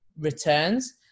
returns